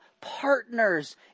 partners